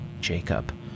Jacob